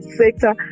sector